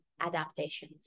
adaptation